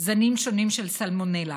וזנים שונים של סלמונלה.